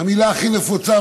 המילה הכי נפוצה,